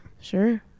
Sure